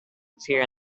appear